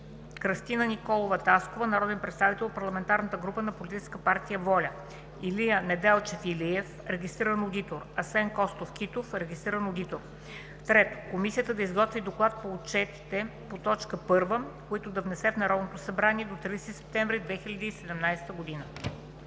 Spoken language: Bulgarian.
Кръстина Николова Таскова – народен представител от Парламентарната група на Политическа партия „Воля”; Илия Неделчев Илиев – регистриран одитор; Асен Костов Китов – регистриран одитор. 3. Комисията да изготви доклади по отчетите по т. 1, които да внесе в Народното събрание до 30 септември 2017 г.“